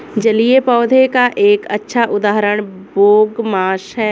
जलीय पौधों का एक अच्छा उदाहरण बोगमास है